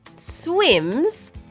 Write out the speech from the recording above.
swims